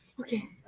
Okay